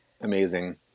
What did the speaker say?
amazing